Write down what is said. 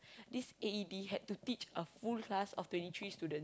this A_E_D had to teach a full class of twenty three students